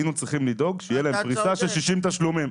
היינו צריכים לדאוג שתהיה להם פריסה של 60 תשלומים.